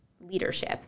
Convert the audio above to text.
leadership